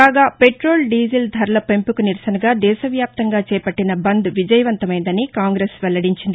కాగా petrol diesel ధరల పెంపునకు నిరసనగా దేశవ్యాప్తంగా చేపట్టిన బంద్ విజయవంతమైందని కాంగ్రెస్ వెల్లడించింది